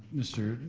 mr.